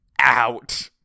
out